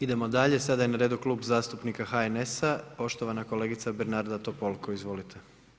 Idemo dalje, sada je na redu klub zastupnika HNS-a, poštovana kolegica Bernarda Topolko, izvolite.